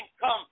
come